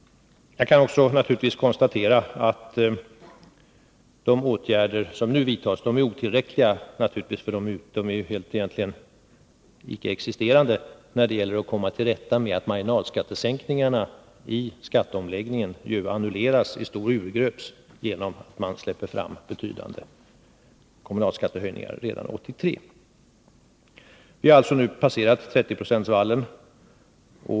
Jag kan också konstatera att de åtgärder som nu vidtas naturligtvis är otillräckliga. De är egentligen icke existerande när det gäller att komma till rätta med att marginalskattesänkningarna i skatteomläggningen ju urgröps genom att man släpper fram betydande kommunalskattehöjningar redan att förhindra höjda landstingsoch kommunalskatter att förhindra höjda landstingsoch kommunalskatter 1983.